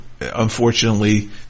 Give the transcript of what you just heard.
unfortunately